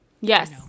yes